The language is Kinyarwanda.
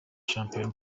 shampiyona